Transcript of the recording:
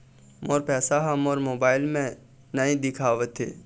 मोर पैसा ह मोर मोबाइल में नाई दिखावथे